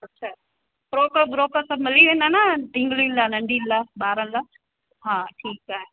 अच्छा त फ़्रोक ॿ्रोक सभु मिली वेंदा न ढिंगलियुनि लाइ नंढियुनि लाइ ॿारनि लाइ हा ठीकु आहे